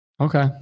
Okay